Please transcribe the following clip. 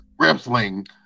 Wrestling